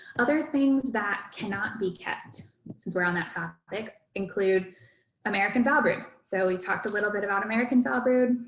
other things that cannot be kept since we're on that topic include american foulbrood. so we talked a little bit about american foulbrood.